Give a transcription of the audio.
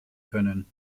können